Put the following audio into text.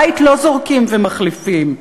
בית לא זורקים ומחליפים.